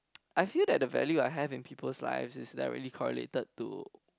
I feel that the value I have in people's life is directly correlated to